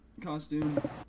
costume